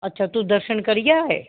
अच्छा जी तुस दर्शन करियै आए